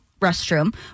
restroom